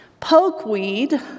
Pokeweed